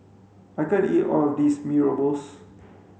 I can't eat all of this mee rebus